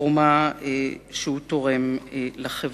לתרומה שהוא תורם לחברה.